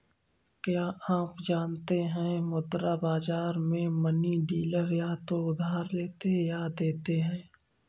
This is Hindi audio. क्या आप जानते है मुद्रा बाज़ार में मनी डीलर या तो उधार लेते या देते है?